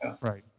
Right